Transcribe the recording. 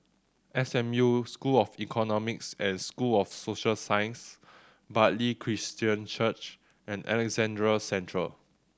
S M U School of Economics and School of Social Sciences Bartley Christian Church and Alexandra Central